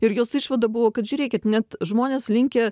ir jos išvada buvo kad žiūrėkit net žmonės linkę